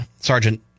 Sergeant